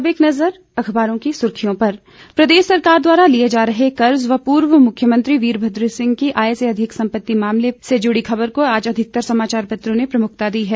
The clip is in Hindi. अब एक नजर अखबारों की सुर्खियों पर प्रदेश सरकार द्वारा लिये जा रहे कर्ज व पूर्व मुख्यमंत्री वीरभद्र सिंह की आय से अधिक सम्पत्ति मामले से जुड़ी खबर को आज अधिकतर समाचारपत्रों ने प्रमुखता दी है